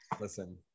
Listen